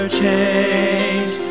change